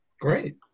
great